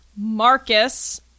marcus